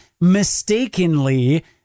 mistakenly